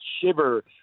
shiver